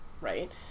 Right